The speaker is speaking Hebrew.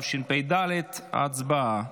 התשפ"ד 2024. הצבעה.